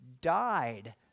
died